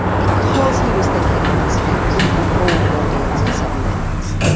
because he was thinking on his feet, he can hold an audience for seven minutes.